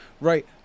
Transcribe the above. Right